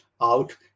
out